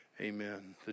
Amen